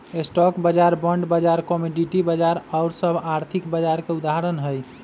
stock बाजार, bond बाजार, commodity बाजार आउर सभ आर्थिक बाजार के उदाहरण हइ